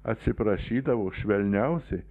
atsiprašydavau švelniausiai